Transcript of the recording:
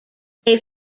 they